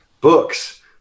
books